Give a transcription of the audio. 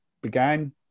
began